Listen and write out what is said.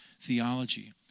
theology